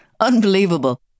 Unbelievable